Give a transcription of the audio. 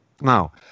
Now